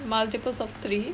multiples of three